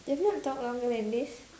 you've not talked longer than this